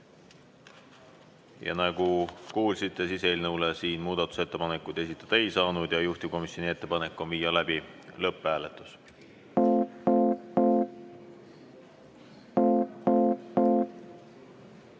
Nagu kuulsite, siis eelnõule muudatusettepanekuid esitada ei saanud ja juhtivkomisjoni ettepanek on viia läbi lõpphääletus.